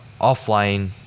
offline